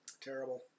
Terrible